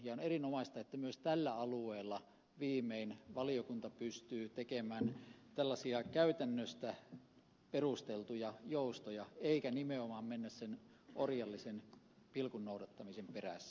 on erinomaista että myös tällä alueella viimein valiokunta pystyy tekemään tällaisia käytännöstä perusteltuja joustoja eikä nimenomaan mennä sen orjallisen pilkunnoudattamisen perässä